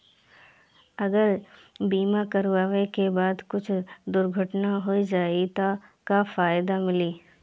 अगर बीमा करावे के बाद कुछ दुर्घटना हो जाई त का फायदा मिली?